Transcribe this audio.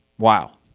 wow